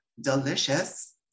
Delicious